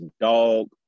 dog